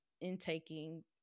intaking